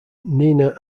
nina